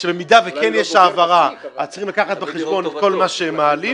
שבמידה שכן יש העברה אז צריך לקחת בחשבון את כל מה שמעלים.